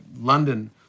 London